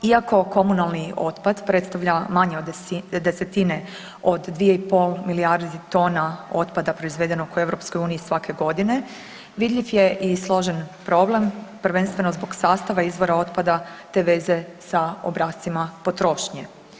Iako komunalni otpad predstavlja manje od desetine od 2,5 milijardi tona otpada proizvedenog u EU svake godine vidljiv je i složen problem, prvenstveno zbog sastava izvora otpada te veze sa obrascima potrošnje.